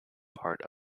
part